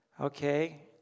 Okay